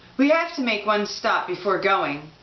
we have to make one stop before going.